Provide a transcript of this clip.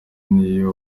n’iyo